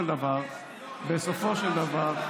בסופו של דבר,